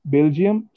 Belgium